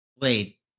Wait